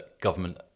government